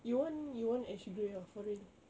you want you want ash grey ah for real